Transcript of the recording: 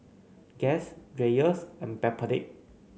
Guess Dreyers and Backpedic